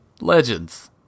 Legends